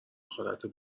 خالتو